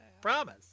promise